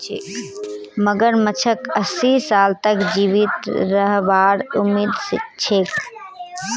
मगरमच्छक अस्सी साल तक जीवित रहबार उम्मीद छेक